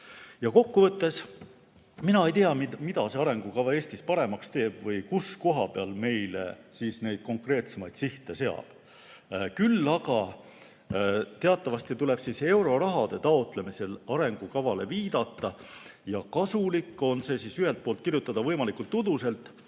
Kokkuvõtteks. Mina ei tea, mida see arengukava Eestis paremaks teeb või kus koha peal meil neid konkreetsemaid sihte seab. Küll aga teatavasti tuleb euroraha taotlemisel arengukavale viidata. Kasulik on ühelt poolt kirjutada võimalikult uduselt